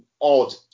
odd